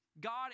God